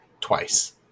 twice